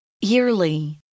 Yearly